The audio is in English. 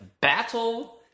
battle